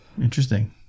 Interesting